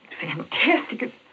Fantastic